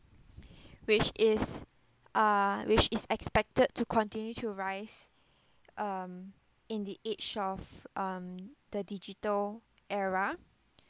which is uh which is expected to continue to rise um in the age of um the digital era